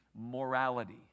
morality